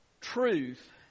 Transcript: truth